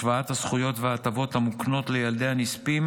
השוואת הזכויות וההטבות המוקנות לילדי הנספים